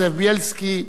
זאב בילסקי,